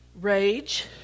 rage